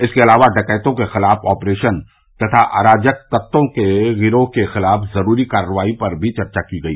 इसके अलावा डकैतों के ख़िलाफ़ ऑपरेशन तथा अराजक तत्वों के गिरोह के ख़िलाफ़ ज़रूरी कार्रवाई पर भी चर्चा की गई